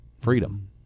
freedom